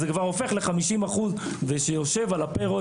אז זה כבר הופך ל 50% שיושב על הפרול.